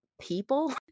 people